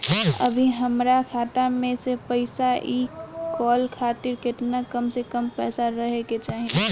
अभीहमरा खाता मे से पैसा इ कॉल खातिर केतना कम से कम पैसा रहे के चाही?